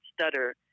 stutter